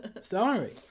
Sorry